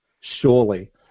Surely